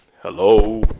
Hello